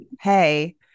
hey